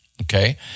okay